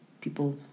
people